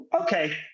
okay